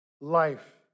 life